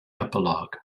epilogue